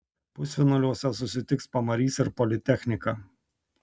pusfinaliuose susitiks pamarys ir politechnika